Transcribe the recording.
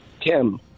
Kim